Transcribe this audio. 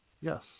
yes